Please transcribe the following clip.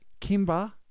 Kimba